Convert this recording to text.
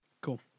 Cool